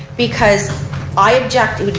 because i object